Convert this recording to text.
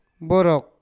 borok